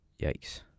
Yikes